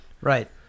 Right